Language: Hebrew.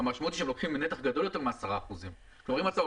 על אזורים מועדפים.